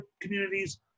communities